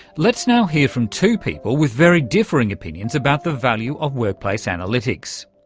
let's now hear from two people with very differing opinions about the value of workplace analytics.